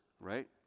right